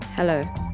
Hello